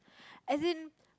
as in